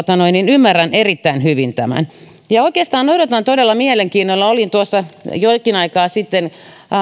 ymmärrän erittäin hyvin tämän oikeastaan odotan todella mielenkiinnolla olin tuossa jokin aika sitten